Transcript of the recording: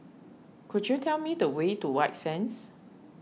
could you tell me the way to White Sands